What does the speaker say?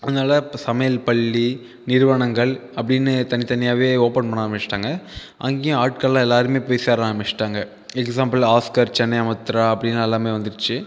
அதனால் இப்போ சமையல் பள்ளி நிறுவனங்கள் அப்படின்னு தனித்தனியாகவே ஓப்பன் பண்ண ஆரம்பித்துட்டாங்க அங்கேயும் ஆட்கள்லாம் எல்லாருமே போய் சேர ஆரம்பித்துட்டாங்க எக்ஸாம்பிள் ஆஸ்கர் சென்னை அமித்ரா அப்படினு எல்லாமே வந்துடுச்சு